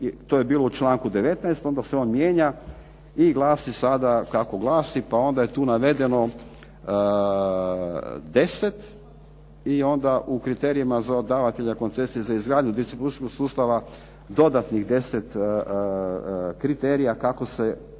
to je bilo u članku 19., onda se on mijenja i glasi sada kako glasi, pa onda je tu navedeno deset i onda u kriterijima za davatelja koncesije za izgradnju distribucijskog sustava dodatnih deset kriterija kako se dolazi